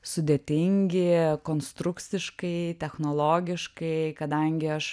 sudėtingi konstrukciškai technologiškai kadangi aš